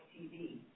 TV